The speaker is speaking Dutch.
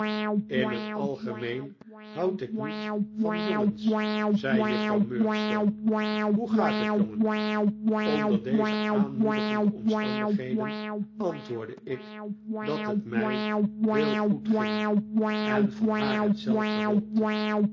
in het algemeen houd ik niet van jongens zei juffrouw murdstone hoe gaat het jongen onder deze aanmoedigende omstandigheden antwoordde ik dat het mij heel goed ging en van haar hetzelfde hoopte